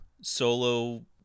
solo